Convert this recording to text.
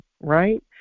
right